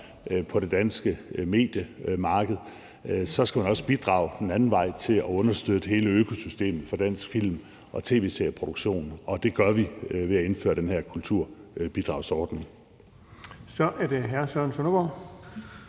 på det danske mediemarked, så skal man også bidrage den anden vej til at understøtte hele økosystemet for dansk film- og tv-serie-produktion. Det gør vi ved at indføre den her kulturbidragsordning. Kl. 10:11 Den fg.